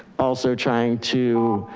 also trying to